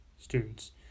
students